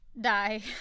die